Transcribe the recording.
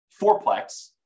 fourplex